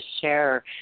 share